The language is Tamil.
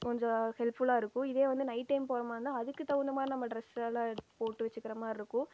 கொஞ்சம் ஹெல்ப்ஃபுல்லாக இருக்கும் இதே வந்து நைட் டைம் போகிற மாதிரி இருந்தால் அதுக்கு தகுந்த மாதிரி நம்ம டிரஸ் எல்லாம் எடுத்து போட்டு வைச்சிக்கிற மாதிரிருக்கும்